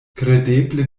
kredeble